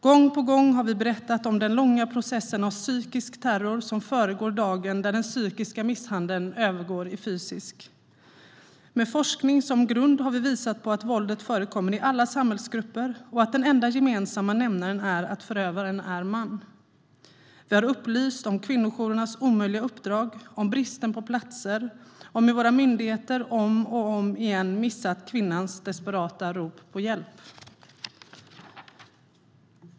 Gång på gång har vi berättat om den långa processen av psykisk terror som föregår dagen då den psykiska misshandeln övergår till fysisk. Med forskning som grund har vi visat på att våldet förekommer i alla samhällsgrupper och att den enda gemensamma nämnaren är att förövaren är man. Vi har upplyst om kvinnojourernas omöjliga uppdrag, om bristen på platser, om hur våra myndigheter om och om igen missar kvinnans desperata rop på hjälp.